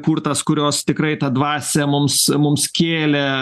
kur tas kurios tikrai tą dvasią mums mums kėlė